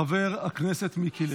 חבר הכנסת מיקי לוי.